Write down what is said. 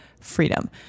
freedom